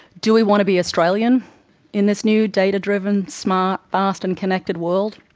do we want to be australian in this new data-driven smart, fast and connected world,